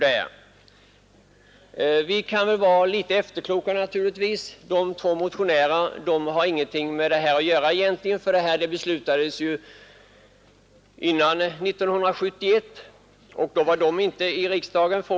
Det är naturligtvis lätt att vara efterklok. De båda motionärerna har dock ingenting med denna efterklokhet att göra, eftersom beslutet fattades före 1971 och de inte var med i riksdagen då.